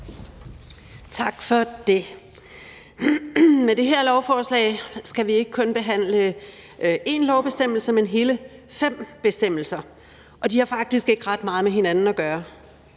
Tak for det. Med det her lovforslag skal vi ikke kun behandle én lovbestemmelse, men hele fem bestemmelser, og de har faktisk ikke ret meget med hinanden at gøre.